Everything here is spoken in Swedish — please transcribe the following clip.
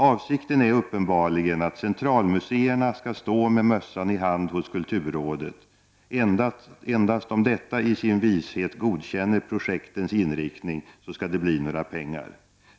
Avsikten är uppenbarligen att centralmuseerna skall stå med mössan i hand hos kulturrådet. Endast om detta i sin vishet godkänner projektens inriktning skall det bli några pengar.